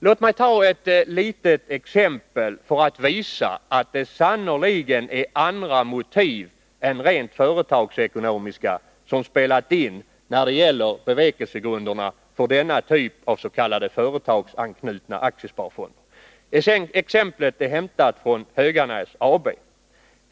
Låt mig ta ett litet exempel för att visa att det sannerligen är andra motiv än rent företagsekonomiska som spelat in när det gäller bevekelsegrunderna för denna typ av s.k. företagsanknutna aktiesparfonder. Exemplet är hämtat från Höganäs AB.